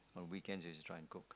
on weekends is trying cook